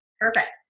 Perfect